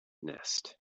nest